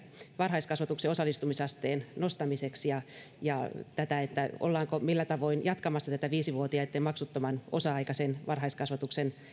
varhaiskasvatuksen osallistumisasteen nostamiseksi millä tavoin ollaan jatkamassa tätä viisi vuotiaitten maksuttoman osa aikaisen varhaiskasvatuksen